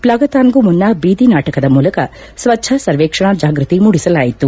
ಪ್ಲಾಗತಾನ್ಗೂ ಮುನ್ನ ಬೀದಿ ನಾಟಕದ ಮೂಲಕ ಸ್ವಚ್ವ ಸರ್ವೇಕ್ಷಣಾ ಜಾಗೃತಿ ಮೂಡಿಸಲಾಯಿತು